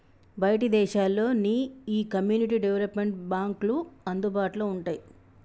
బయటి దేశాల్లో నీ ఈ కమ్యూనిటీ డెవలప్మెంట్ బాంక్లు అందుబాటులో వుంటాయి